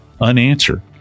unanswered